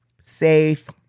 safe